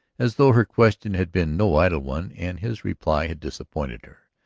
as though her question had been no idle one and his reply had disappointed her.